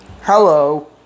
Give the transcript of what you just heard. Hello